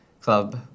club